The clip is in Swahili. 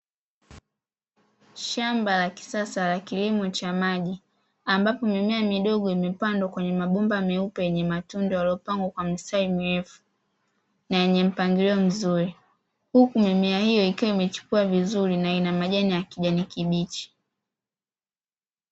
Shamba la kisasa la kilimo cha maji ambapo mimea midogo imepandwa kwenye mabomba meupe yenye matundu yaliyopangwa kwa mistari mirefu na yenye mpangilio mzuri, huku mimea hiyo ikiwa imechipua vizuri na ina majani ya kijani kibichi.